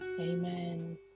Amen